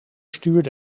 stuurde